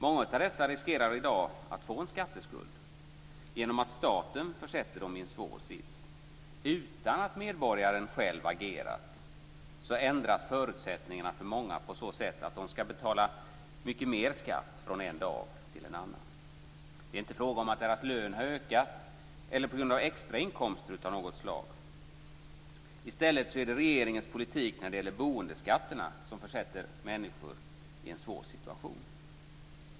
Många av dessa riskerar i dag att få en skatteskuld genom att staten försätter dem i en svår sits. Utan att medborgaren själv agerat ändras förutsättningarna för många på så sätt att de ska betala mycket mer skatt från en dag till annan. Det är inte fråga om att deras lön har ökat eller på grund av att de har fått extra inkomster av något slag. I stället är det regeringens politik när det gäller boendeskatterna som försätter många människor i en svår situation.